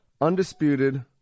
undisputed